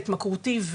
ההתמכרותי,